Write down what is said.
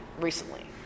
recently